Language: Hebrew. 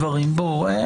דווקא בימים אלה.